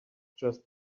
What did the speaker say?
just